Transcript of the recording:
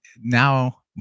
now